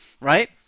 right